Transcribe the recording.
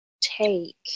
take